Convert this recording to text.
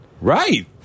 Right